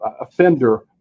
offender